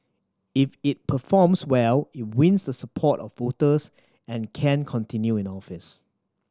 if it performs well it wins the support of voters and can continue in the office